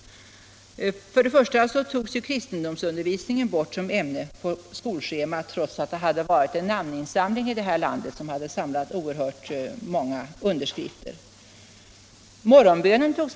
Kristendomsundervisningen togs bort som ämne på skolschemat, trots att det hade varit en namninsamling som samlat oerhört många underskrifter.